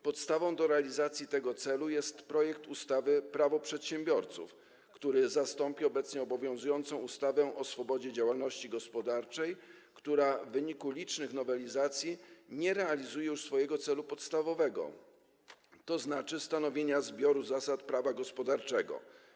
Podstawą do realizacji tego celu jest projekt ustawy Prawo przedsiębiorców, mającej zastąpić obecnie obowiązującą ustawę o swobodzie działalności gospodarczej, która w wyniku licznych nowelizacji nie realizuje już swojego celu podstawowego, jakim jest stanowienie zbioru zasad prawa gospodarczego.